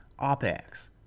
OPEX